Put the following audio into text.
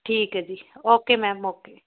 ਠੀਕ ਹੈ ਜੀ ਓਕੇ ਮੈਮ ਓਕੇ